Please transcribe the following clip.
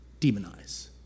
demonize